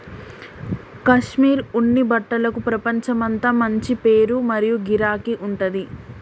కాశ్మీర్ ఉన్ని బట్టలకు ప్రపంచమంతా మంచి పేరు మరియు గిరాకీ ఉంటది